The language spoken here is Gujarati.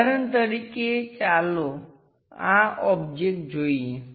ઉદાહરણ તરીકે ચાલો આ ઓબ્જેક્ટ જોઈએ